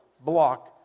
block